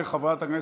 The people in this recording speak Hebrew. אני חוזרת,